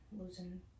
Losing